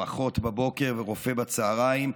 אחות בבוקר ורופא בצוהריים,